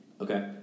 Okay